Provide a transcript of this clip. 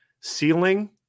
Ceiling